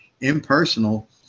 impersonal